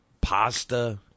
Pasta